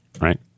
right